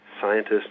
scientists